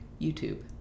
YouTube